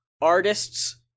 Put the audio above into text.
artists